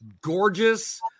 gorgeous